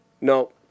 No